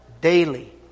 daily